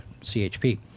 CHP